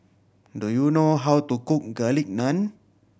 do you know how to cook Garlic Naan